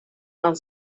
and